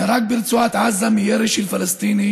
נהרג ברצועת עזה מירי של פלסטיני